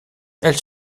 elle